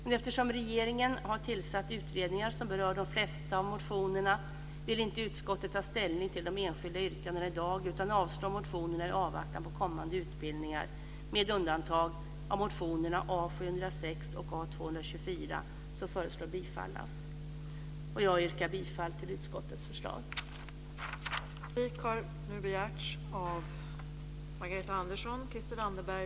Eftersom regeringen har tillsatt utredningar som berör de flesta av motionerna vill utskottet inte ta ställning till de enskilda yrkandena i dag utan föreslår avslag på motionerna, i avvaktan på kommande utredning, med undantag för motionerna A706 och A224, som föreslås bifallas. Jag yrkar bifall till utskottets förslag.